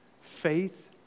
faith